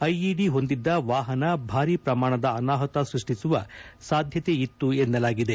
IED ಹೊಂದಿದ ವಾಹನ ಭಾರೀ ಪ್ರಮಾಣದ ಅನಾಹುತ ಸೃಷ್ಟಿಸುವ ಸಾಧ್ಯತೆ ಇತ್ತು ಎನ್ನಲಾಗಿದೆ